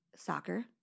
Soccer